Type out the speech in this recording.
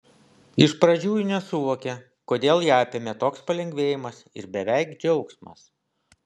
iš pradžių ji nesuvokė kodėl ją apėmė toks palengvėjimas ir beveik džiaugsmas